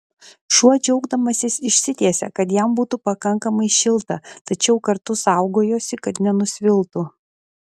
šuo džiaugdamasis išsitiesė kad jam būtų pakankamai šilta tačiau kartu saugojosi kad nenusviltų